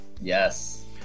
yes